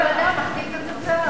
הרכב הוועדה מכתיב את התוצאה.